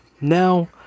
now